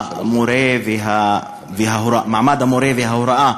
יום מעמד המורה וההוראה,